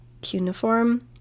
cuneiform